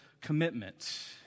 commitment